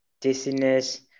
dizziness